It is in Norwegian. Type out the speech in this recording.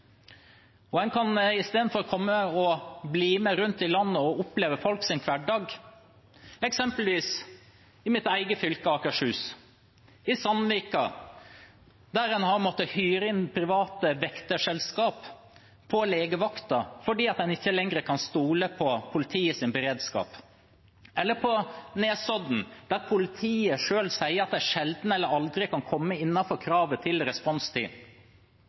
En kan i stedet komme og bli med rundt i landet og oppleve folks hverdag: i f.eks. mitt eget fylke, Akershus, i Sandvika, der en har måttet hyre inn private vekterselskap på legevakten fordi en ikke lenger kan stole på politiets beredskap, eller på Nesodden, der politiet selv sier at de sjelden eller aldri kan komme innenfor kravet til responstid,